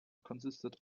consisted